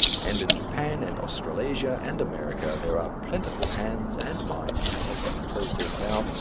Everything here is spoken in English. and in japan and australasia and america, there are plentiful hands and minds to take up the process now,